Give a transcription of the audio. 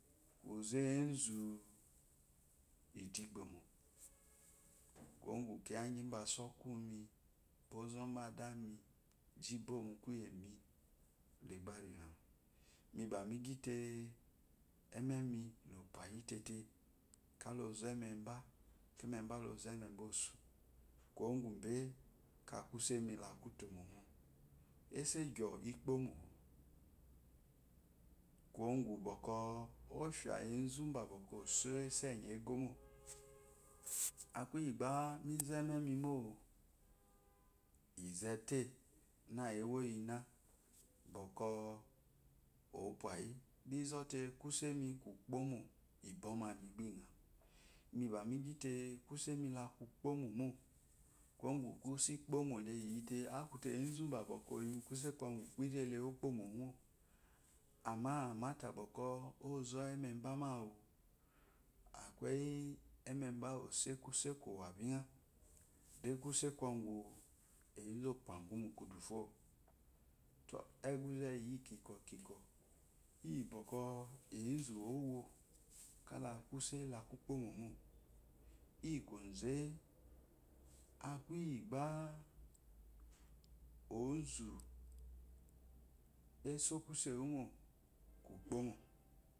Kuze enzu idu igbomo kuwo gu kiya gyi mba sokumi mbwa onzo badami ji ibomukuye mi de gbari ngau mibami gyite ememi lopayi tete kala zo ememba emeba lozo emebesu kumo gube kala kusemi laku tomomo ese kyoo ikpomo kuwo gu bwɔkwɔ offia enzu bwe bwɔkwɔ so esenyi egomo akuyi gba mizo ememimo inzete na ewoyina bwɔkwɔ opayi ghizote kuse na kukpomo ibwomami gba inyenyi mina migyite kuse mi la kukpomomo kuwo gu kuse kphohoo leyimie aku ezu be kuse kwoku kpen leyimite aku ezu be kuse kwoku kpen okpomo amma mate bwɔkwɔ onzo emeba mo awu akeyi ammeba oso kuse kowa binga akeyi kuse kwɔgu oyinga opegu mu kudufo to eguze iyi kk kiko iyi bwɔ kwɔ enu owo kala kuse lakukpomomo iyi oze akuyi gbe onzu eso kuse wu mo kukpomo.